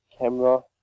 camera